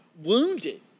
wounded